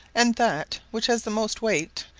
and that which has the most weight,